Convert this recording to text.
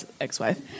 ex-wife